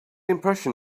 impression